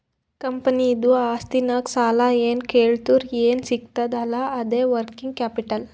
ಕಂಪನಿದು ಆಸ್ತಿನಾಗ್ ಸಾಲಾ ಕಳ್ದುರ್ ಏನ್ ಸಿಗ್ತದ್ ಅಲ್ಲಾ ಅದೇ ವರ್ಕಿಂಗ್ ಕ್ಯಾಪಿಟಲ್